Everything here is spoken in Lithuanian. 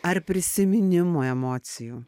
ar prisiminimų emocijų